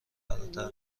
فراتر